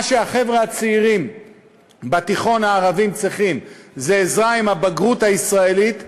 מה שהחבר'ה הצעירים הערבים בתיכון צריכים זה עזרה לבגרות הישראלית,